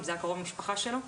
אם זה היה קרוב משפחה שלו.